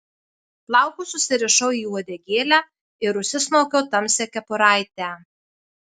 plaukus susirišau į uodegėlę ir užsismaukiau tamsią kepuraitę